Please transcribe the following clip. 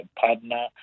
partner